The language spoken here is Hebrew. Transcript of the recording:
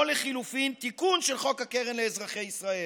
או, לחלופין, תיקון של חוק הקרן לאזרחי ישראל.